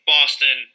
Boston